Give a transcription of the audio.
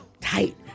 tight